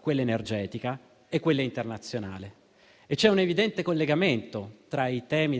quella energetica e quella internazionale) e c'è un evidente collegamento tra i temi